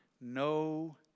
No